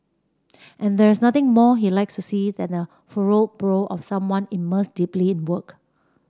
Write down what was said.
and there is nothing more he likes to see than the furrowed brow of someone immersed deeply in work